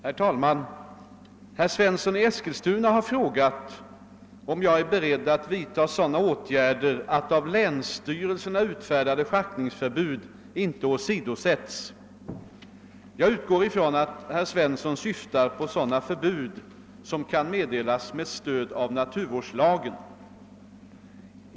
Herr talman! Herr Svensson i Eskilstuna har frågat om jag är beredd att vidta sådana åtgärder att av länsstyrelserna utfärdade schaktningsförbud inte åsidosätts. Jag utgår från att herr Svensson syftar på sådana förbud som kan meddelas med stöd av naturvårdslagen.